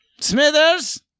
Smithers